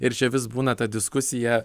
ir čia vis būna ta diskusija